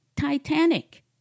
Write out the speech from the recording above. Titanic